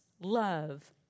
love